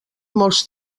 molts